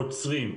עוצרים.